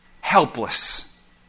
Helpless